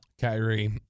Kyrie